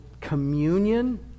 communion